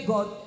God